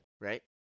right